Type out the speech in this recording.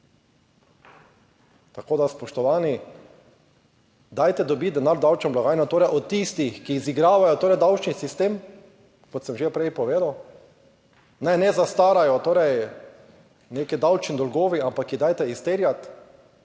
Tako, da spoštovani, dajte dobiti denar v davčno blagajno, torej od tistih, ki izigravajo torej davčni sistem, kot sem že prej povedal, naj ne zastarajo torej neki davčni dolgovi, ampak jih dajte izterjati,